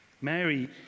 Mary